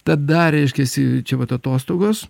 tada reiškiasi čia vat atostogos